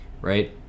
right